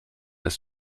ist